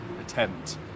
attempt